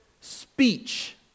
speech